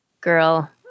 girl